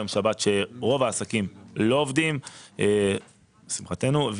ביום שבת רוב העסקים לא עובדים, לשמחתנו.